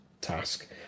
task